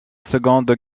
seconde